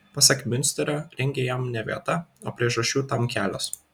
pasak miunsterio ringe jam ne vieta o priežasčių tam kelios